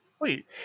Wait